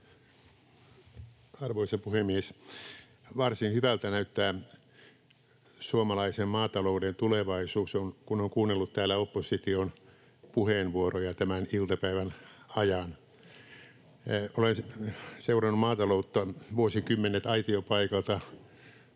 Arvoisa puhemies! Varsin hyvältä näyttää suomalaisen maatalouden tulevaisuus, kun on kuunnellut täällä opposition puheenvuoroja tämän iltapäivän ajan. Olen seurannut maataloutta vuosikymmenet aitiopaikalta